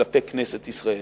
כלפי כנסת ישראל.